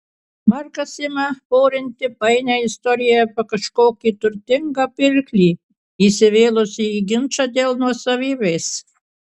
markas ima porinti painią istoriją apie kažkokį turtingą pirklį įsivėlusį į ginčą dėl nuosavybės